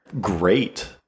great